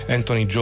Anthony